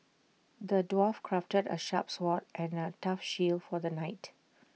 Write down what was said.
the dwarf crafted A sharp sword and A tough shield for the knight